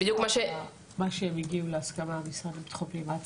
אם אני